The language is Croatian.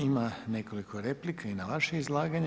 Ima nekoliko replika i na vaše izlaganje.